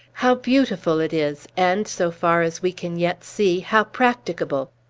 how beautiful it is, and, so far as we can yet see, how practicable!